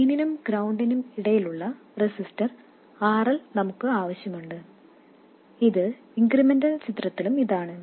ഡ്രെയിനും ഗ്രൌണ്ടിനും ഇടയിലുള്ള റെസിസ്റ്റർ RL നമുക്ക് ആവശ്യമുണ്ട് ഇത് ഇൻക്രിമെന്റൽ ചിത്രത്തിലും ഇതാണ്